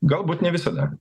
galbūt ne visada